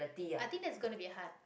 i think that's gonna be hard